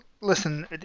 Listen